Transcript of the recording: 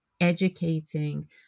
educating